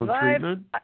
treatment